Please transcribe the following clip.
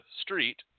street